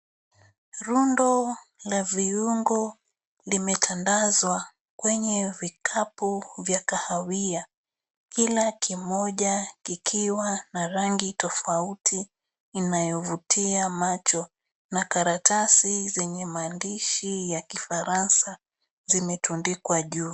Rundo la viungo limetandazwa kwenye vikapu vya kahawia kila kimoja kikiwa na rangi tofauti inayovutia macho na karatasi zenye maandishi ya kifaransa zimetundikwa juu.